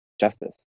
justice